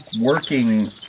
working